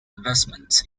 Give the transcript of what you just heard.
investments